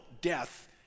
death